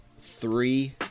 Three